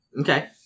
okay